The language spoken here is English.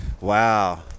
Wow